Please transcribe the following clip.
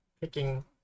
picking